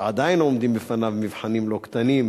שעדיין עומדים בפניו מבחנים לא קטנים